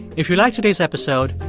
if you liked today's episode,